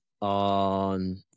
on